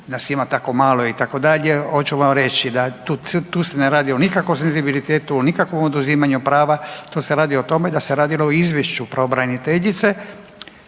nas ima tako malo itd. hoću vam reći tu se ne radi o nikakvom senzibilitetu, o nikakvom oduzimanju prava, tu se radi o tome da se radilo o izvješću pravobraniteljice,